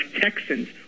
Texans